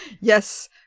Yes